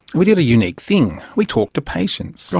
we did a unique thing we talked to patients.